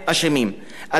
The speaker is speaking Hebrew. אדוני היושב-ראש,